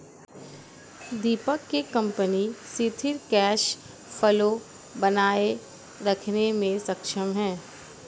दीपक के कंपनी सिथिर cash flow बनाए रखने मे सक्षम है